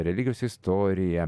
religijos istorija